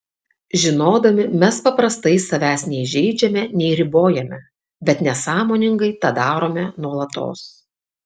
žinodami mes paprastai savęs nei žeidžiame nei ribojame bet nesąmoningai tą darome nuolatos